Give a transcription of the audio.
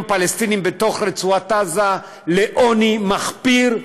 פלסטינים בתוך רצועת עזה בעוני מחפיר,